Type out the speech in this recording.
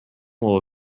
will